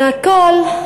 של הכול.